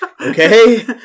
Okay